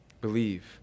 believe